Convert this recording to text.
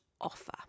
offer